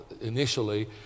initially